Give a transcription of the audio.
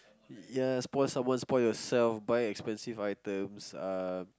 ya spoil someone spoil yourself buy expensive items um